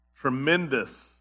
tremendous